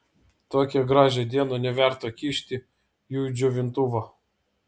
tokią gražią dieną neverta kišti jų į džiovintuvą